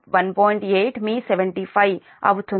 8మీ 75అవుతుంది